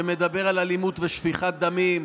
שמדבר על אלימות ושפיכת דמים,